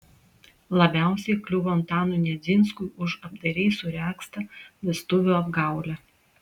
labiausiai kliuvo antanui nedzinskui už apdairiai suregztą vestuvių apgaulę